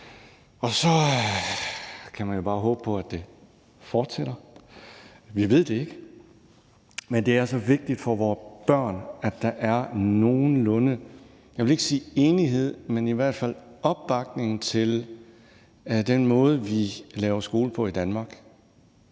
og så kan man jo bare håbe på, at det fortsætter. Vi ved det ikke, men det er så vigtigt for vore børn, at der er en nogenlunde, jeg vil ikke sige enighed, men i hvert fald opbakning til den måde, vi laver skole på i Danmark.